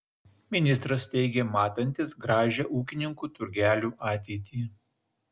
ministras teigė matantis gražią ūkininkų turgelių ateitį